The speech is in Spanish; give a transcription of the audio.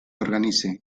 organice